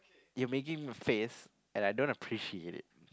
you're making a face and I don't appreciate it